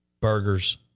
Burgers